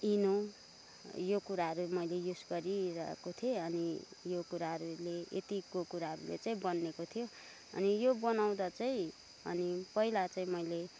इनो यो कुराहरू मैले युज गरिरहेको थिएँ अनि यो कुराहरूले यतिको कुराहरूले चाहिँ बनिएको थियो अनि यो बनाउँदा चाहिँ अनि पहिला चाहिँ मैले